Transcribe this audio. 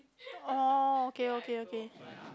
orh okay okay okay